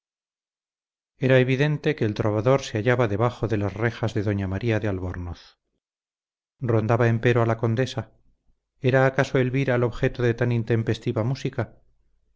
era evidente que el trovador se hallaba debajo de las rejas de doña maría de albornoz rondaba empero a la condesa era acaso elvira el objeto de tan intempestiva música